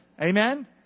Amen